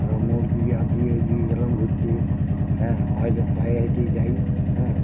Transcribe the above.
আবার মোড় দিকে আগিয়ে গেলাম ঘুরতে হ্যাঁ পায়ে পায়ে হেঁটেই যাই হ্যাঁ